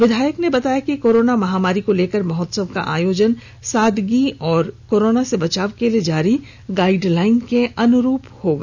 विधायक ने बताया कि कोरोना महामारी को लेकर महोत्सव का आयोजन सादगी से और कोरोना से बचाव के लिए जारी गाइडलाइन के अनुरूप होगा